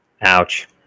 Ouch